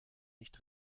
nicht